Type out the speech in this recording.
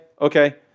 okay